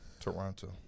Toronto